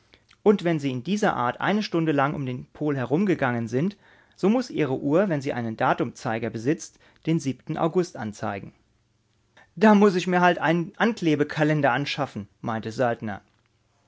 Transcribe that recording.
und wenn sie in dieser art eine stunde lang um den pol herumgegangen sind so muß ihre uhr wenn sie einen datumzeiger besitzt den sie august anzeigen da muß ich mir halt einen anklebekalender anschaffen meinte